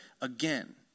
again